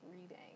reading